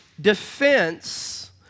defense